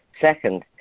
Second